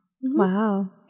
Wow